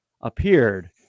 appeared